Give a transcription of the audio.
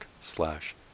slash